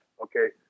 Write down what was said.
Okay